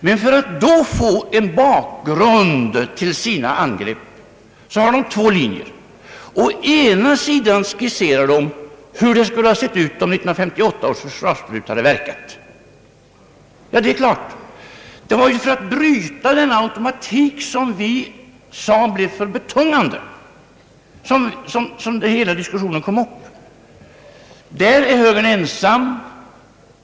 Men för att då få en bakgrund till sina angrepp har man valt två linjer. Å ena sidan skisserar man hur det sett ut om 1958 års försvarsbeslut hade gällt. Ja, det är klart, det var ju för att bryta denna automatik, som vi ansåg för betungande, som denna diskussion uppstod. Här är högern ensam.